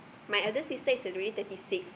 my elder sister is already thirty six